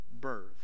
birth